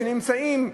שנמצאות,